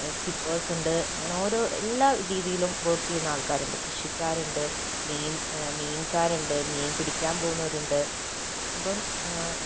സ്റ്റിപ്പേഴ്സ് ഉണ്ട് അങ്ങനെ ഓരോ എല്ലാ രീതിയിലും വർക്ക് ചെയ്യുന്ന ആൾക്കാരുണ്ട് കൃഷിക്കാരുണ്ട് മീൻ മീൻകാരുണ്ട് മീൻ പിടിക്കാൻ പോകുന്നവരുണ്ട് അപ്പോൾ